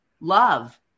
love